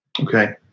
Okay